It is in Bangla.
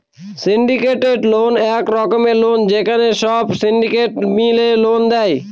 সিন্ডিকেটেড লোন এক রকমের লোন যেখানে সব সিন্ডিকেট মিলে লোন দেয়